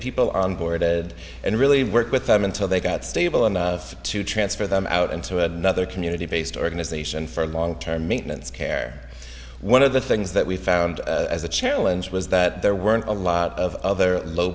people on board and really work with them until they got stable enough to transfer them and so had another community based organization for long term maintenance care one of the things that we found as a challenge was that there weren't a lot of other low